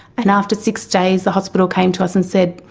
and after six days the hospital came to us and said,